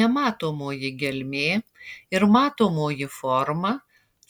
nematomoji gelmė ir matomoji forma